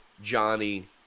Johnny